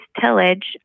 tillage